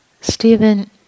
Stephen